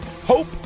Hope